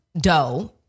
Doe